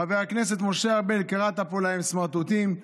חבר הכנסת משה ארבל, קראת להם פה סמרטוטים.